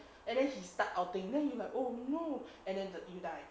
and then he start outing then you like oh no and then you die